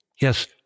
Yes